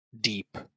deep